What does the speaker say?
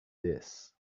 this